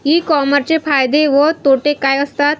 E कॉमर्सचे फायदे व तोटे काय असतात?